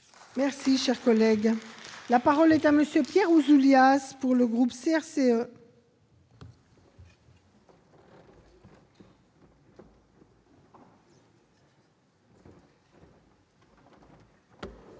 Merci, cher collègue, la parole est à monsieur Pierre Ouzoulias pour le groupe CRC. Madame